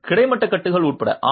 கிடைமட்ட கட்டுகள் உட்பட ஆம்